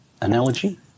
analogy